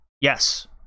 Yes